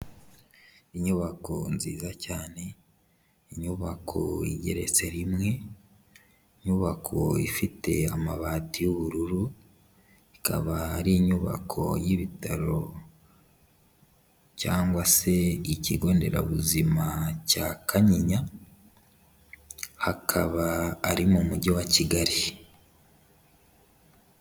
Inyubako nziza cyane, inyubako igeretse rimwe, inyubako ifite amabati y'ubururu, ikaba ari inyubako y'ibitaro cyangwa se ikigo nderabuzima cya Kanyinya, hakaba ari mu mujyi wa Kigali.